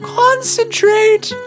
concentrate